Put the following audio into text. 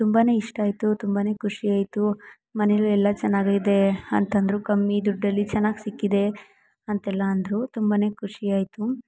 ತುಂಬ ಇಷ್ಟ ಆಯಿತು ತುಂಬ ಖುಷಿಯಾಯಿತು ಮನೇಲೆಲ್ಲ ಚೆನ್ನಾಗೈತೆ ಅಂತಂದರು ಕಮ್ಮಿ ದುಡ್ಡಲ್ಲಿ ಚೆನ್ನಾಗಿ ಸಿಕ್ಕಿದೆ ಅಂತೆಲ್ಲ ಅಂದರು ತುಂಬ ಖುಷಿಯಾಯಿತು